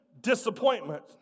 disappointment